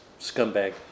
scumbag